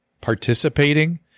participating